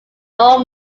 nor